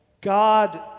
God